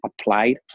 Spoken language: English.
Applied